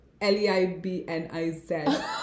L-E-I-B-N-I-Z